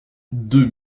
deux